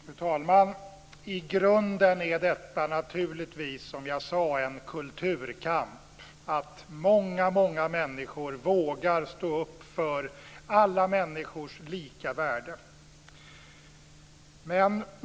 Fru talman! I grunden är detta naturligtvis, som jag sagt, en kulturkamp - alltså att många människor vågar stå upp för alla människors lika värde.